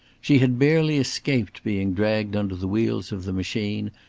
she had barely escaped being dragged under the wheels of the machine,